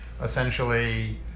essentially